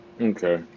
Okay